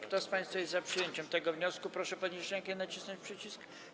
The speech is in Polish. Kto z państwa jest za przyjęciem tego wniosku, proszę podnieść rękę i nacisnąć przycisk.